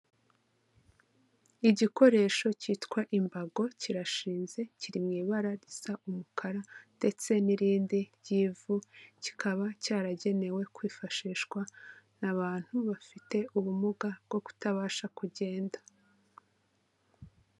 Igikoresho kitwa imbago kirashinze kiri mu ibara risa umukara ndetse n'irindi ry'ivu, kikaba cyaragenewe kwifashishwa n'abantu bafite ubumuga bwo kutabasha kugenda.